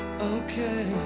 Okay